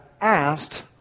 asked